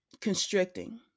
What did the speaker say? constricting